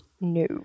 No